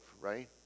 right